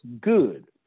good